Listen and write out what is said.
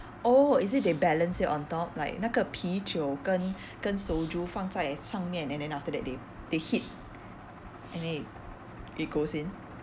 oh is it they balance it on top like 那个啤酒跟跟 soju 放在上面 and then after that they they hit and then it it goes in